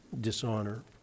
dishonor